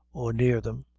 or near them,